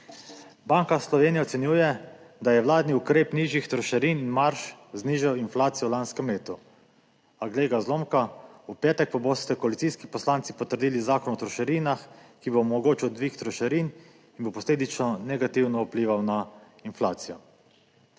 Banka Slovenije ocenjuje, da je vladni ukrep nižjih trošarin marž znižal inflacijo v lanskem letu. A glej ga zlomka, v petek pa boste koalicijski poslanci potrdili Zakon o trošarinah, ki bo omogočal dvig trošarin in bo posledično negativno vplival na inflacijo.